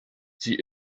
sie